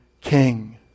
king